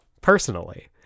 personally